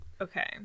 Okay